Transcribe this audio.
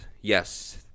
Yes